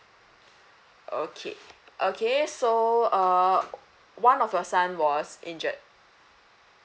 okay okay so uh one of your son was injured